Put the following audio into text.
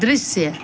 दृश्य